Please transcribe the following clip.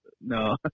No